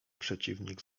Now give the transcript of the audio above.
przeciwnik